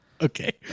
Okay